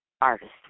artist